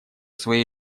своей